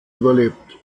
überlebt